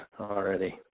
Already